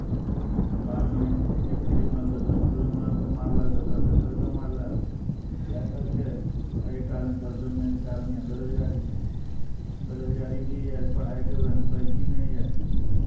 तब बादमे एक क्रिमिनल दोसर क्रिमिनलकेँ मारलक दोसर तेसरकेँ मारलक इएहसभ छै अही कारण सभसँ मेन कारण यए बेरोजगारी बेरोजगारी भी यए पढ़ाइके ओहन क्वालिटी नहि यए